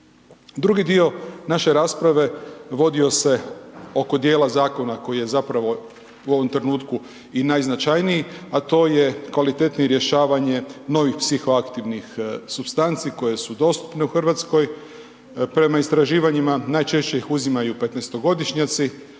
Drugi dio naše rasprave vodio se oko dijela zakona koji je zapravo u ovom trenutku i najznačajniji, a to je kvalitetnije rješavanje novih psihoaktivnih supstanci koje su dostupne u Hrvatskoj. Prema istraživanjima najčešće iz uzimaju 15-to godišnjaci,